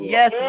Yes